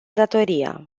datoria